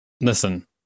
Listen